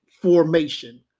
formation